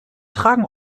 tragen